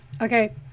okay